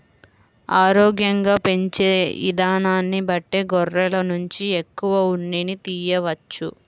ఆరోగ్యంగా పెంచే ఇదానాన్ని బట్టే గొర్రెల నుంచి ఎక్కువ ఉన్నిని తియ్యవచ్చు